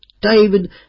David